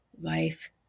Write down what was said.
life